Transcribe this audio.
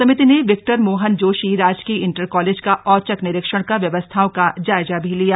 समिति ने विक्टर मोहन जोशी राजकीय इंटर कालेज का औचक निरीक्षण कर व्यवस्थाओं का जायजा भी लिया